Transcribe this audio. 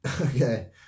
Okay